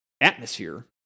atmosphere